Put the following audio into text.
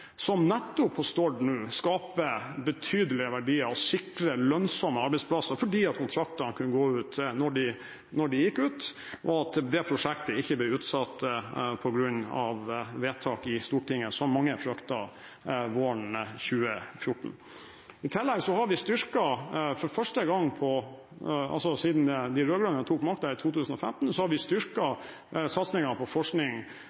som nettopp på Stord nå skaper betydelige verdier og sikrer lønnsomme arbeidsplasser fordi kontraktene kunne gå ut når de gikk ut, og at det prosjektet ikke ble utsatt på grunn av vedtak i Stortinget, som mange fryktet våren 2014. I tillegg har vi, for første gang siden de rød-grønne tok makten, i 2015 styrket satsingen på forskning